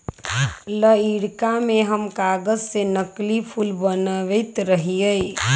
लइरका में हम कागज से नकली फूल बनबैत रहियइ